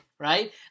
right